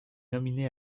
nominé